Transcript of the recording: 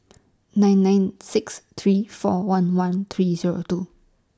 nine nine six three four one one three Zero two